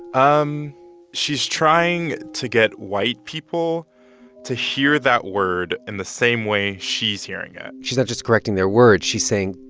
um she's trying to get white people to hear that word in the same way she's hearing it she's not just correcting their words she's saying,